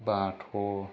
बाथ'